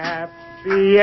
Happy